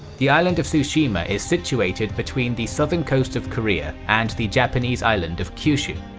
the island of tsushima is situated between the southern coast of korea and the japanese island of kyushu.